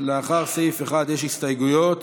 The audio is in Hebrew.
סעיף 1 יש הסתייגויות.